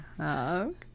Okay